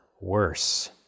worse